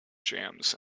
jams